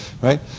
right